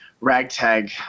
ragtag